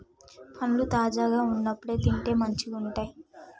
పండ్లు తాజాగా వున్నప్పుడే తింటే మంచిగుంటయ్